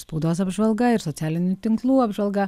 spaudos apžvalga ir socialinių tinklų apžvalga